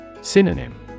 Synonym